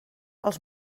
els